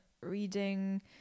reading